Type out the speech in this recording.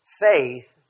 faith